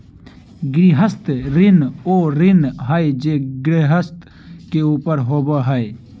गृहस्थ ऋण उ ऋण हइ जे गृहस्थ के ऊपर होबो हइ